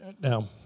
Now